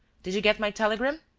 did you get my telegram?